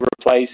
replace